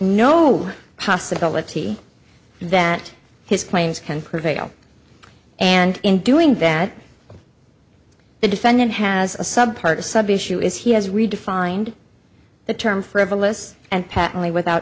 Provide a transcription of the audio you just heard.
no possibility that his claims can prevail and in doing that the defendant has a sub part of sub issue is he has redefined the term frivolous and patently without